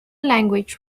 language